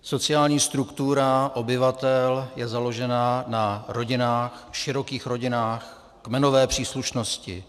Sociální struktura obyvatel je založena na širokých rodinách, kmenové příslušnosti.